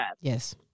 Yes